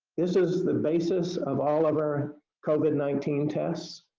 this is the basis of all of our covid nineteen tests.